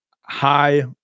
hi